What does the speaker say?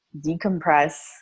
decompress